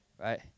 right